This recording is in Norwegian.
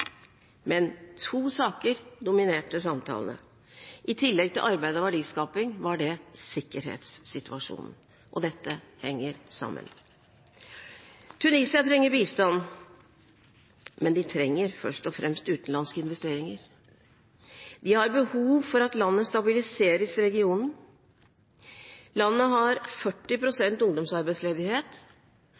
Men to saker dominerte samtalene. I tillegg til arbeid og verdiskaping var det sikkerhetssituasjonen. Dette henger sammen. Tunisia trenger bistand, men de trenger først og fremst utenlandske investeringer. De har behov for at landet stabiliseres i regionen. Landet har 40 pst. ungdomsarbeidsledighet,